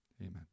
Amen